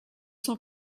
cent